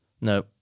No